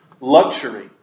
luxury